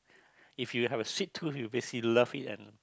if you have a sweet tooth you will basically love it and